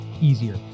easier